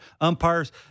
umpires